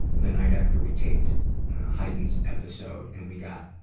the night after we taped haydn's episode and we got